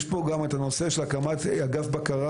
יש פה גם את הנושא של הקמת אגף בקרה.